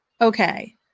okay